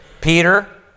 Peter